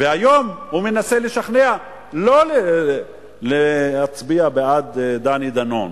והיום הוא מנסה לשכנע שלא להצביע בעד דני דנון.